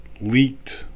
leaked